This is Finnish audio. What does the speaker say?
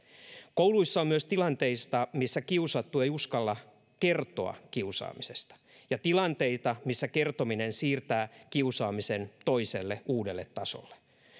kouluissa on myös tilanteita missä kiusattu ei uskalla kertoa kiusaamisesta ja tilanteita missä kertominen siirtää kiusaamisen toiselle uudelle tasolle